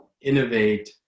innovate